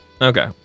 Okay